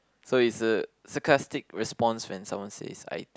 so it's a sarcastic response when someone says I think